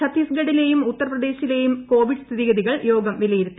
ഛത്തിസ്ഗഡിലേയും ഉത്തർപ്രദേശിലെയും കോവിഡ് സ്ഥിതിഗതികൾ യോഗം വിലയിരുത്തി